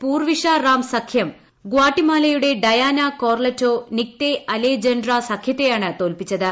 പൂർവിഷ റാം സഖ്യം ഗ്വാട്ടിമാലയുടെ Diana Corleto Nicte Alejandra സഖ്യത്തെയാണ് തോൽപ്പിച്ചത്